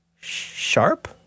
sharp